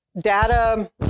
data